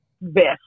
best